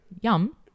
Yum